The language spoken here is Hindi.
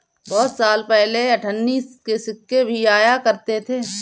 बहुत साल पहले अठन्नी के सिक्के भी आया करते थे